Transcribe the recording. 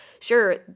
Sure